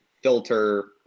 filter